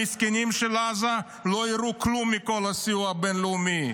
המסכנים של עזה לא יראו כלום מכל הסיוע הבין-לאומי.